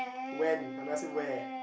when I never say where